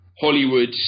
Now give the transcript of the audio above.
Hollywood